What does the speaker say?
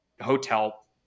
hotel